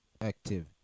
active